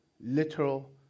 literal